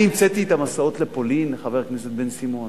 אני המצאתי את המסעות לפולין, חבר הכנסת בן-סימון?